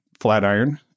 Flatiron